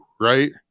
right